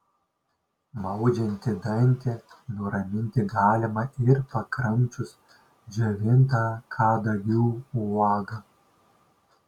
maudžiantį dantį nuraminti galima ir pakramčius džiovintą kadagių uogą